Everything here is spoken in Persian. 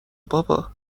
بابا